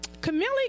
Camille